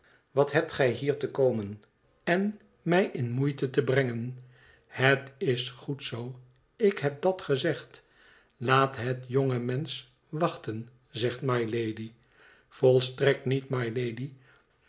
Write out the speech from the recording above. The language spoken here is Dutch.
wat hebt gij hier te komen en mij in moeite te brengen het is goed zoo ik heb dat gezegd laat het jonge mensch wachten zegt mylady volstrekt niet mylady